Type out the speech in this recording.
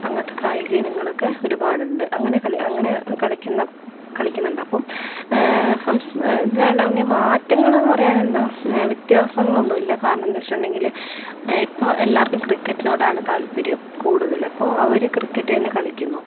അങ്ങനത്തെ കായിക ഇനങ്ങളൊക്കെ ഒരുപാടുണ്ട് അങ്ങനെ അങ്ങനെ കളിക്കുന്ന കളിക്കുന്നുണ്ട് അപ്പം സംസ ഇതിലാണെങ്കിൽ മാറ്റങ്ങളെന്ന് പറയാൻ എന്താ വ്യത്യാസങ്ങളൊന്നുമില്ല കാരണം എന്താന്ന് വെച്ചിട്ടുണ്ടെങ്കിൽ ഇപ്പോൾ എല്ലാവർക്കും ക്രിക്കറ്റിനോടാണ് താല്പര്യം കൂടൂതൽ അപ്പോൾ അവർ ക്രിക്കറ്റ് തന്നെ കളിക്കുന്നു